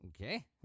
Okay